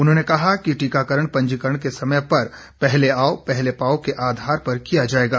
उन्होंने कहा कि टीकाकरण पंजीकरण के समय पर पहले आओ पहले पाओ के आधार पर किया जाएगा